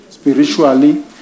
spiritually